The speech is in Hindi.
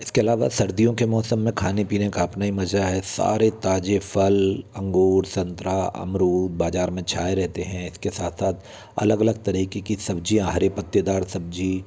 इसके अलावा सर्दियों के मौसम में खाने पीने का अपना ही मज़ा है सारे ताज़े फल अंगूर संतरा अमरुद बाज़ार में छाए रहते हैं इसके साथ साथ अलग अलग तरीक़े की सब्ज़ियाँ हरे पत्तेदार सब्ज़ी